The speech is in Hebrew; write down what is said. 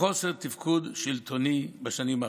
וחוסר תפקוד שלטוני בשנים האחרונות.